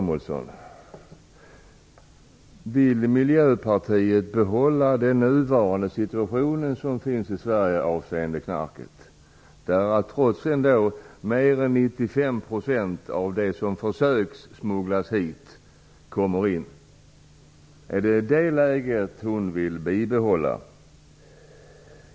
Mer än 95 % av det knark som försöks smugglas hit kommer in. Är det detta läge ni vill bibehålla?